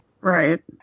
Right